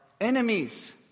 enemies